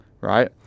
Right